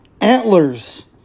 Antlers